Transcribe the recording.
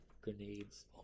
grenades